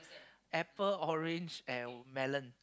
apple orange and melon